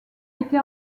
été